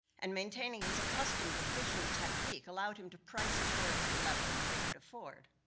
and maintaining his accostomed deficient technique, allowed him to price his work at a level that they could afford.